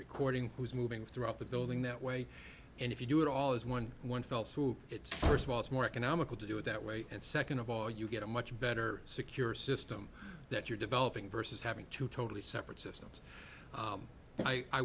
recording who's moving throughout the building that way and if you do it all is one one fell swoop it's first of all it's more economical to do it that way and second of all you get a much better secure system that you're developing versus having two totally separate systems